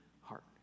heart